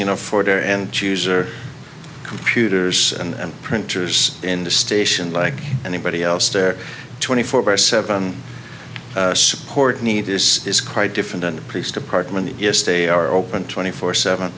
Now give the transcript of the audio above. you know for their and jews or computers and printers in the station like anybody else there twenty four hour seven support need this is quite different and the police department yes they are open twenty four seven